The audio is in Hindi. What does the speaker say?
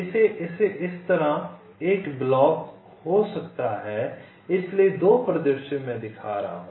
इस तरह एक ब्लॉक हो सकता है इसलिए 2 परिदृश्य मैं दिखा रहा हूं